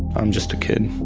i'm just a kid.